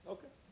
Okay